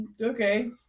Okay